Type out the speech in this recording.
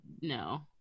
no